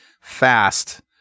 fast